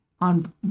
on